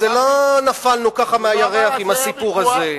לא נפלנו ככה מהירח עם הסיפור הזה.